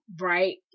right